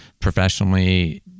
Professionally